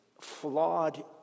flawed